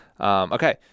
Okay